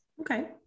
Okay